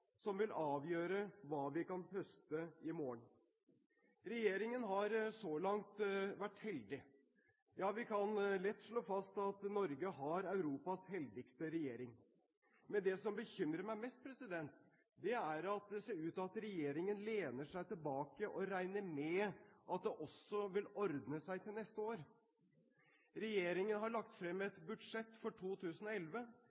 som vil avgjøre hva vi kan høste i morgen. Regjeringen har så langt vært heldig. Ja, vi kan lett slå fast at Norge har Europas heldigste regjering. Men det som bekymrer meg mest, er at det ser ut til at regjeringen lener seg tilbake og regner med at det også vil ordne seg til neste år. Regjeringen har lagt frem